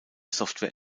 software